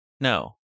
No